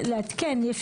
לעדכן.